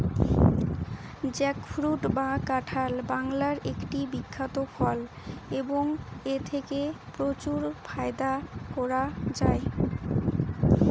jackfruit বা কাঁঠাল বাংলার একটি বিখ্যাত ফল এবং এথেকে প্রচুর ফায়দা করা য়ায়